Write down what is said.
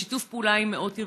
בשיתוף פעולה עם מאות ארגונים.